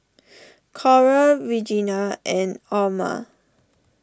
Coral Reginal and Orma